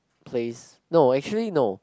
place no actually no